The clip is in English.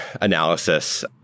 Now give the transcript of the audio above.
analysis